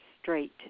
straight